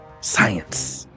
Science